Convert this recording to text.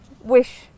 wish